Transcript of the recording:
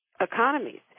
economies